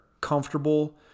comfortable